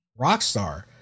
rockstar